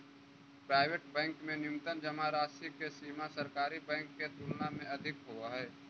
private bank में न्यूनतम जमा राशि के सीमा सरकारी बैंक के तुलना में अधिक होवऽ हइ